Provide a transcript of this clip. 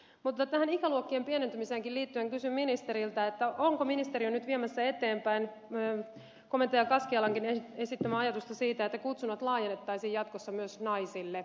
mutta tähän ikäluokkien pienentymiseenkin liittyen kysyn ministeriltä onko ministeriö nyt viemässä eteenpäin komentaja kaskealankin esittämää ajatusta siitä että kutsunnat laajennettaisiin jatkossa myös naisille